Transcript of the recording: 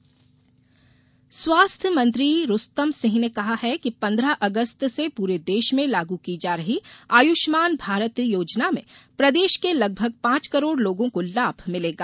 स्वास्थ्य मिशन स्वास्थ्य मंत्री रूस्तम सिंह ने कहा है कि पन्द्रह अगस्त से पूरे देश में लागू की जा रही आयुष्मान भारत योजना में प्रदेश के लगभग पांच करोड़ लोगों को लाभ मिलेगा